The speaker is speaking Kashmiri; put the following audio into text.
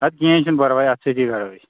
اَدٕ کِہیٖنٛۍ چھُنہٕ پَرواے اَتھٕ سۭتی گڈو أسی